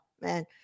man